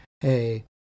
hey